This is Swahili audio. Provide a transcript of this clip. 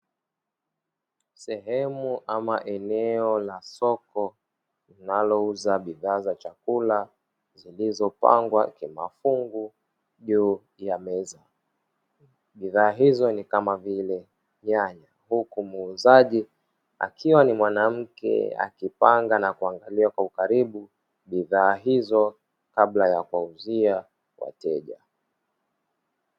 Sehemu ama eneo la soko linalouza bidhaa za chakula zilizopangwa kimafungu juu ya meza, bidhaa hizo ni kama vile nyanya huku muuzaji akiwa ni mwanamke akipanga na kuangali kwa ukaribu bidhaa hizo kabla ya kuwauzia wateja.